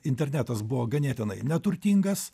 internetas buvo ganėtinai neturtingas